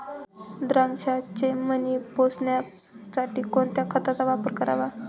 द्राक्षाचे मणी पोसण्यासाठी कोणत्या खताचा वापर करावा?